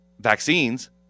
vaccines